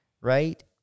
right